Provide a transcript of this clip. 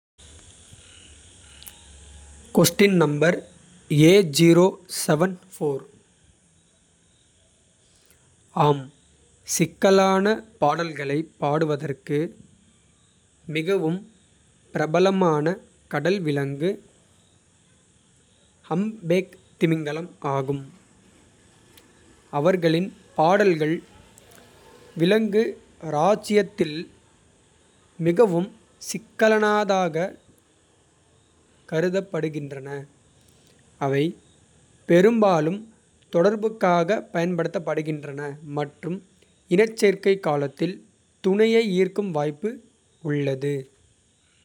ஆம் சிக்கலான பாடல்களைப் பாடுவதற்கு மிகவும். பிரபலமான கடல் விலங்கு ஹம்ப்பேக் திமிங்கலம் ஆகும். அவர்களின் பாடல்கள் விலங்கு இராச்சியத்தில் மிகவும். சிக்கலானதாகக் கருதப்படுகின்றன. அவை பெரும்பாலும் தொடர்புக்காகப் பயன்படுத்தப்படுகின்றன. மற்றும் இனச்சேர்க்கை காலத்தில் துணையை ஈர்க்கும் வாய்ப்பு உள்ளது.